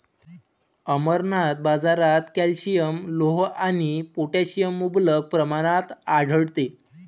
अमरनाथ, बाजारात कॅल्शियम, लोह आणि पोटॅशियम मुबलक प्रमाणात आढळते